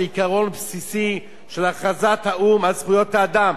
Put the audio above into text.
לעיקרון הבסיסי של הכרזת האו"ם על זכויות האדם.